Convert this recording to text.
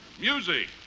Music